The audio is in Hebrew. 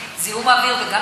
וגם דרך אגב התחלואה,